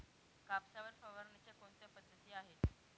कापसावर फवारणीच्या कोणत्या पद्धती आहेत?